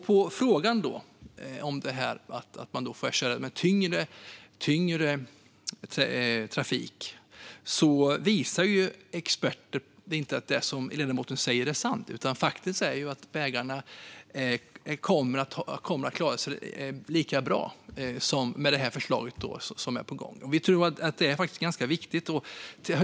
På frågan om att man får köra med tyngre fordon visar experter att det som ledamoten säger inte är sant. Vägarna kommer att klara sig lika bra med det förslag som är på gång. Vi tror att det är ganska viktigt.